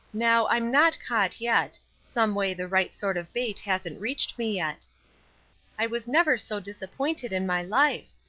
now, i'm not caught yet someway the right sort of bait hasn't reached me yet i was never so disappointed in my life!